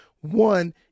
one